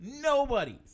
Nobody's